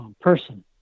person